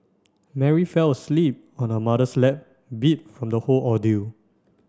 Mary fell asleep on her mother's lap beat from the whole ordeal